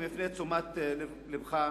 אני מפנה את תשומת לבך לכך